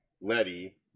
Letty